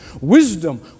Wisdom